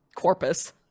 corpus